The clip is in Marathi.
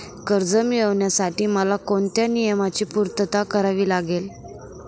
कर्ज मिळविण्यासाठी मला कोणत्या नियमांची पूर्तता करावी लागेल?